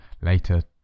later